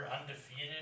undefeated